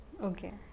Okay